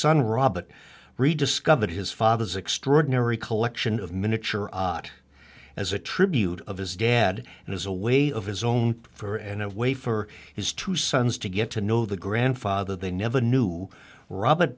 son robert rediscovered his father's extraordinary collection of miniature as a tribute of his dad and as a way of his own for and of way for his two sons to get to know the grandfather they never knew robert